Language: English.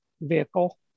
vehicle